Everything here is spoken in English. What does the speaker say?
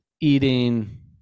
eating